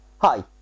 Hi